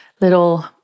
little